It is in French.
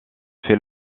fait